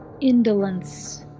indolence